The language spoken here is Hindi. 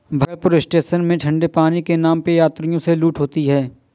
भागलपुर स्टेशन में ठंडे पानी के नाम पे यात्रियों से लूट होती है